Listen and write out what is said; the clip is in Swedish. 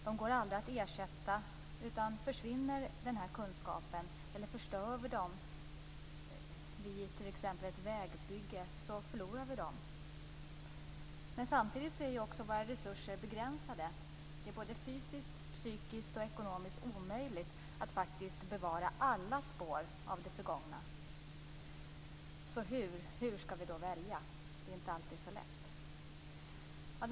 De går aldrig att ersätta utan försvinner den här kunskapen eller förstör vi dessa rikedomar vid t.ex. ett vägbygge förlorar vi dem. Samtidigt är våra resurser begränsade. Det är fysiskt, psykiskt och ekonomiskt omöjligt att faktiskt bevara alla spår av det förgångna. Hur skall vi välja? Det är inte alltid så lätt.